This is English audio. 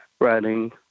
riding